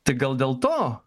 tai gal dėl to